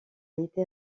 été